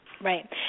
Right